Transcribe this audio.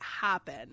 happen